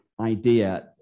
idea